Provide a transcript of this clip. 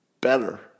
better